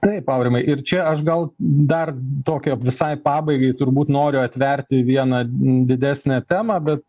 taip aurimai ir čia aš gal dar tokio visai pabaigai turbūt noriu atverti vieną didesnę temą bet